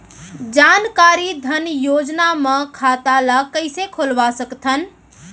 जानकारी धन योजना म खाता ल कइसे खोलवा सकथन?